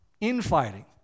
infighting